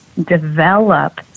develop